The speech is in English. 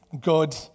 good